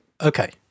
Okay